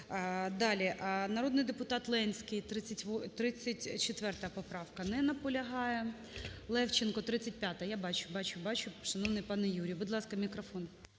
Далі. Народний депутат Ленський, 34 поправка. Не наполягає. Левченко. 35-а. Я бачу, бачу, шановний пане Юрію. Будь ласка, мікрофон.